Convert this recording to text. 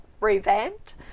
revamped